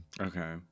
okay